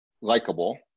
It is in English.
likable